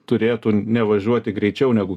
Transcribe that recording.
turėtų nevažiuoti greičiau negu